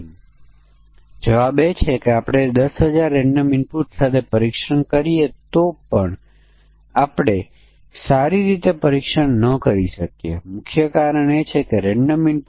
0 થી 11 ન લેવું 12 થી 17 ઇન્ટર્ન તરીકે 18 થી 64 સંપૂર્ણ સમયના કર્મચારી તરીકે અને 65 થી 99 નહીં